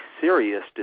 serious